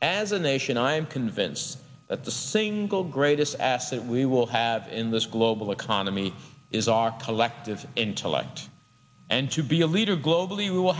as a nation i am convinced that the single greatest asset we will have in this global economy is our collective intellect and to be a leader globally we will